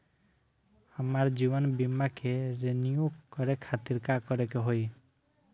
हमार जीवन बीमा के रिन्यू करे खातिर का करे के होई?